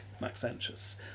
Maxentius